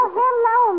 hello